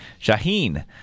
Shaheen